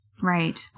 Right